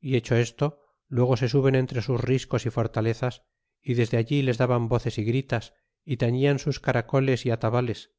y hecho esto luego se suben entre sus riscos y fortalezas y desde allí les daban voces y gritas y tailian sus caracoles y atabales